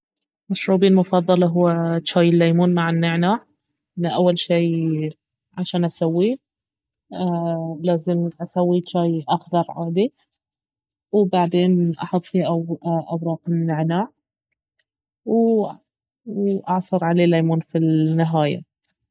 مشروبي المفضل اهو شاي الليمون مع النعناع انه اول شي عشان اسويه لازم اسوي شاي اخضر عادي وبعدين احط فيها أوراق النعناع و- واعصر عليه ليمون في النهاية